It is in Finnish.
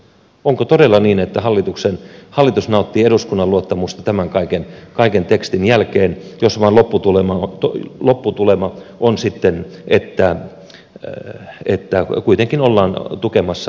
onko todella niin että hallitus nauttii eduskunnan luottamusta tämän kaiken tekstin jälkeen jos lopputulema on että kuitenkin ollaan tukemassa hallitusta